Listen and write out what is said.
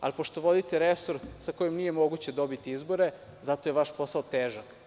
Ali, pošto vodite resor sa kojim nije moguće dobiti izbore, zato je vaš posao težak.